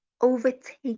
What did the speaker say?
overtake